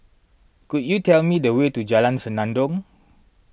could you tell me the way to Jalan Senandong